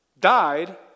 died